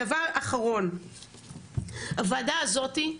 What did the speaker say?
דבר אחרון, הוועדה הזאתי,